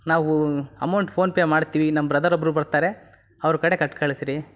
ನಾವು amount PhonePe ಮಾಡ್ತೀವಿ ನಮ್ಮ ಬ್ರದರ್ ಒಬ್ಬರು ಬರ್ತಾರೆ ಅವ್ರ ಕಡೆ ಕೊಟ್ ಕಳಿಸ್ರಿ